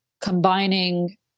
combining